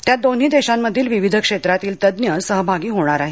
त्यात दोन्ही देशांमधील विविध क्षेत्रांतील तज्ज्ञ सहभागी होणार आहेत